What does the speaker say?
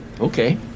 okay